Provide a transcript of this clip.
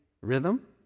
rhythm